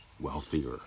wealthier